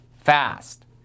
fast